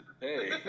hey